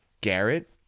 Garrett